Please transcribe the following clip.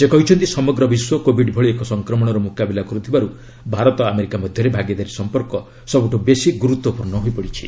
ସେ କହିଛନ୍ତି ସମଗ୍ର ବିଶ୍ୱ କୋବିଡ୍ ଭଳି ଏକ ସଂକ୍ରମଣର ମୁକାବିଲା କରୁଥିବାରୁ ଭାରତ ଆମେରିକା ମଧ୍ୟରେ ଭାଗିଦାରୀ ସମ୍ପର୍କ ସବୁଠୁ ବେଶି ଗୁରୁତ୍ୱପୂର୍ଣ୍ଣ ହୋଇପଡ଼ିଛି